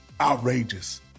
outrageous